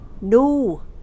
No